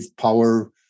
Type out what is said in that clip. power